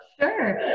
Sure